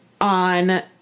on